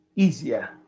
Easier